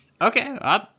Okay